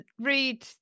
read